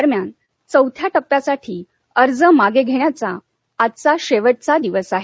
दरम्यान चौथ्या टप्प्यासाठी अर्ज मागे घेण्याचा आजचा शेवटचा दिवस आहे